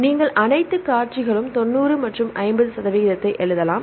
நீங்கள் அனைத்து காட்சிகளும் 90 மற்றும் 50 சதவிகிதத்தை எழுதலாம்